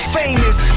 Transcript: famous